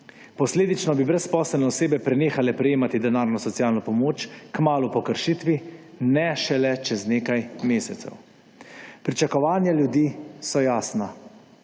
Posledično bi brezposelne osebe prenehale prejemati denarno socialno pomoč kmalu po kršitvi, ne šele čez nekaj mesecev. Pričakovanja ljudi so jasna.